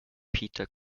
peter